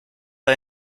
war